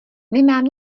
nemám